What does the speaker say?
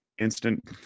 Instant